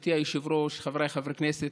גברתי היושב-ראש וחבריי חברי הכנסת,